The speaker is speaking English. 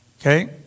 Okay